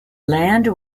land